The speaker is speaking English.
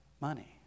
money